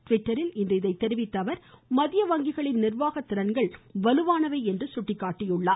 ட்விட்டரில் இன்று இதை தெரிவித்த அவர் மத்திய வங்கிகளின் நிர்வாக திறன்கள் வலுவானவை என்றும் சுட்டிக்காட்டினார்